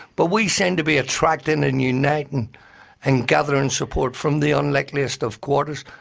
but we seemed to be attracting and uniting and gathering support from the unlikeliest of quarters,